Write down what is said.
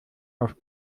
auf